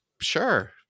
Sure